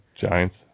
Giants